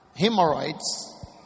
hemorrhoids